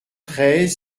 treize